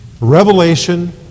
revelation